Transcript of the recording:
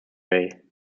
way